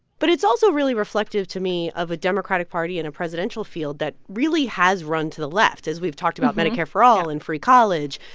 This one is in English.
but it's also really reflective to me of a democratic party and a presidential field that really has run to the left as we've talked about medicare for all and free college.